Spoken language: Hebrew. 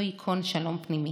לא ייכון שלום פנימי.